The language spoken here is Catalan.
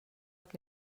que